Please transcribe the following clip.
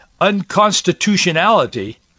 unconstitutionality